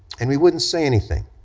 and we wouldn't say anything,